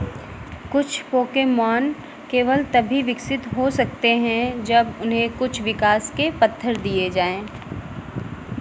कुछ पोकेमॉन केवल तभी विकसित हो सकते हैं जब उन्हें कुछ विकास के पत्थर दिए जाएँ